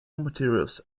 materials